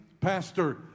Pastor